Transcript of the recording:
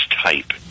type